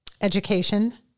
education